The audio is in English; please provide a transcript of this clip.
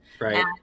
Right